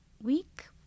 week